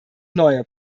neue